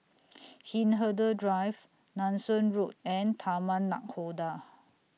Hindhede Drive Nanson Road and Taman Nakhoda